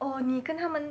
哦你跟他们